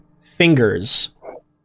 fingers